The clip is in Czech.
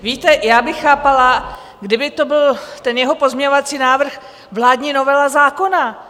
Víte, já bych chápala, kdyby to byl, ten jeho pozměňovací návrh, vládní novela zákona.